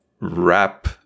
wrap